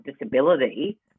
disability